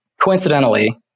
coincidentally